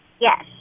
Yes